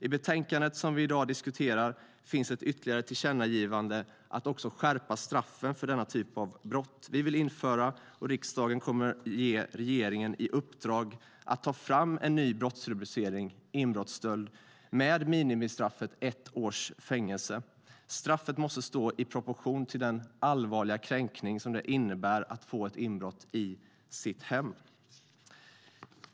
I betänkandet som vi i dag diskuterar finns ett ytterligare tillkännagivande, att straffet för denna typ av brott ska skärpas. Vi vill införa - och riksdagen kommer att ge regeringen i uppdrag att ta fram - en ny brottsrubricering, inbrottsstöld, med minimistraffet ett års fängelse. Straffet måste stå i proportion till den allvarliga kränkning det innebär att ha inbrott i sitt hem.